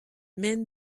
men